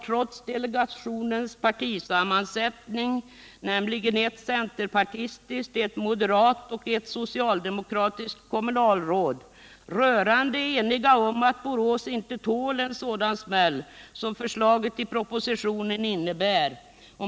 Trots delegationens partisammansättning — ett centerpartistiskt, ett moderat och ett socialdemokratiskt kommunalråd — var man rörande enig om att Borås inte tål en sådan smäll som förslaget i propositionen innebär.